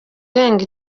irenga